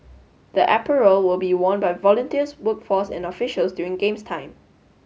the apparel will be worn by volunteers workforce and officials during games time